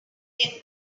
ken